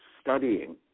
studying